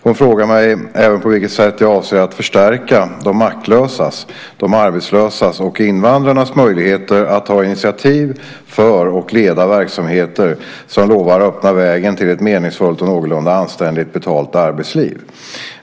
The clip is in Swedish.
Hon frågar mig även på vilket sätt jag avser att förstärka de maktlösas - de arbetslösas och invandrarnas - möjligheter att ta initiativ till och leda verksamheter som lovar att öppna vägen till ett meningsfullt och någorlunda anständigt betalt arbetsliv.